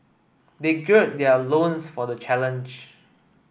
they gird their loins for the challenge